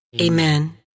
Amen